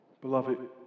Beloved